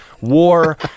war